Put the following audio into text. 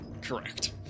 correct